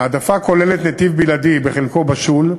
ההעדפה כוללת נתיב בלעדי, בחלקו בשול,